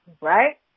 right